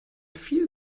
viel